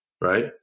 Right